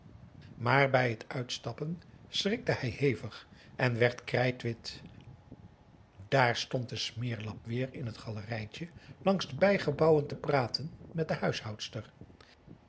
maar bij het uitstappen schrikte hij hevig en werd krijtwit daar stond de smeerlap weer in het galerijtje langs de bijgebouwen te praten met de